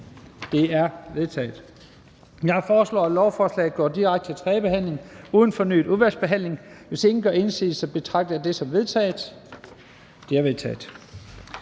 Det er vedtaget. Jeg foreslår, at lovforslaget går direkte til tredje behandling uden fornyet udvalgsbehandling. Hvis ingen gør indsigelse, betragter jeg det som vedtaget. Det er vedtaget.